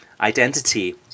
identity